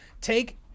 Take